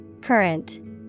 Current